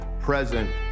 present